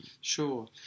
Sure